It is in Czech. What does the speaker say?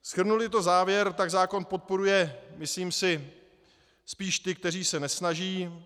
Shrnuli to, závěr, tak zákon podporuje, myslím si, spíš ty, kteří se nesnaží.